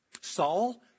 Saul